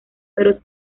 feroz